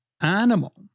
animal